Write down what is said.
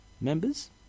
members